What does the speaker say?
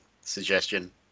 suggestion